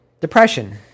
Depression